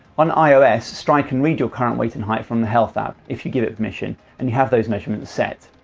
on ios, stryd can read your current weight and height from the health app if you give it permission, and you have those measurements set.